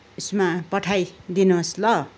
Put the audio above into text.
यसमा पठाइ दिनुहोस् ल